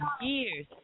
years